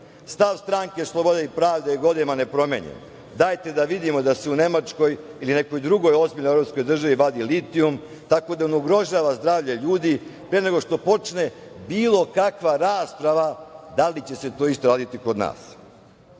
stranke Slobode i pravde je godinama nepromenjen. Dajte da vidimo da se u Nemačkoj ili nekoj drugoj ozbiljnoj evropskoj državi vadi litijum tako da ne ugrožava zdravlje ljudi, pre nego što počne bilo kakva rasprava da li će se to isto raditi i kod